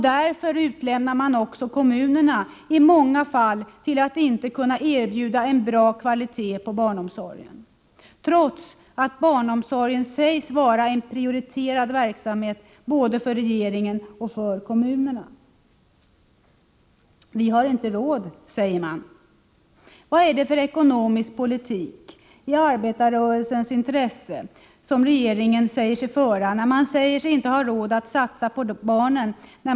Därför utlämnar man också kommunerna i många fall, så att dessa inte kan erbjuda en bra kvalitet på barnomsorgen, trots att barnomsorgen sägs vara en prioriterad verksamhet både för regeringen och för kommunerna. Man säger: Vi har inte råd. Vad är det för ekonomisk politik i arbetarrörelsens intresse som regeringen för? Man säger sig inte ha råd att satsa på barnen.